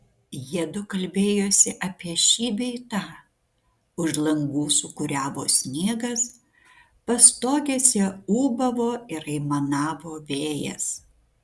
jiedu kalbėjosi apie šį bei tą už langų sūkuriavo sniegas pastogėse ūbavo ir aimanavo vėjas